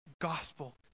gospel